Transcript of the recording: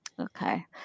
okay